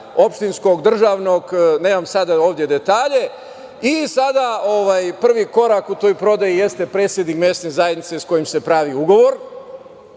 opštinskog, državnog, nemam sad ovde detalje i sada prvi korak u toj prodaji jeste predsednik Mesne zajednice s kojim se pravi ugovor,